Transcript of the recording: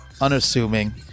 unassuming